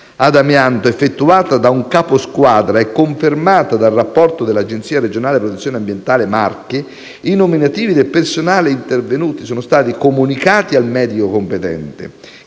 ad amianto, effettuata da un capo squadra e confermata dal rapporto dell'Agenzia regionale per la protezione dell'ambiente Marche, i nominativi del personale intervenuto sono stati comunicati al medico competente,